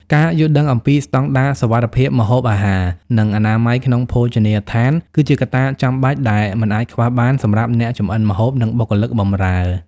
ការយល់ដឹងអំពីស្តង់ដារសុវត្ថិភាពម្ហូបអាហារ និងអនាម័យក្នុងភោជនីយដ្ឋាន គឺជាកត្តាចាំបាច់ដែលមិនអាចខ្វះបានសម្រាប់អ្នកចម្អិនម្ហូប និងបុគ្គលិកបម្រើ។